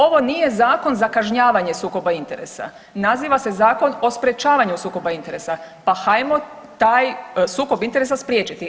Ovo nije zakon za kažnjavanje sukoba interesa, naziva se Zakon o sprječavanju sukoba interesa, pa hajmo taj sukob interesa spriječiti.